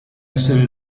essere